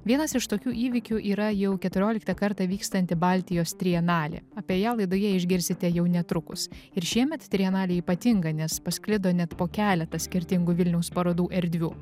vienas iš tokių įvykių yra jau keturioliktą kartą vykstanti baltijos trienalė apie ją laidoje išgirsite jau netrukus ir šiemet trienalė ypatinga nes pasklido net po keletą skirtingų vilniaus parodų erdvių